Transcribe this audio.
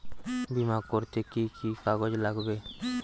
বিমা করতে কি কি কাগজ লাগবে?